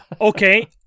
okay